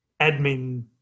admin